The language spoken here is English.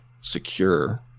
secure